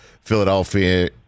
Philadelphia